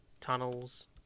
tunnels